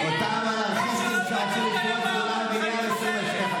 וגם את האנרכיסטים שהגיעו לכאן לפרוץ למליאה את הכנסת.